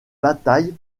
batailles